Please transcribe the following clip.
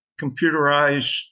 computerized